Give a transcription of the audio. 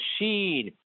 Machine